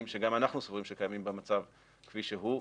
שגם אנחנו סבורים שקיימים במצב כפי שהוא,